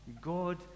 god